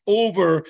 over